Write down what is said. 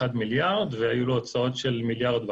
מיליארד והיו לו הוצאות של 1.5 מיליארד,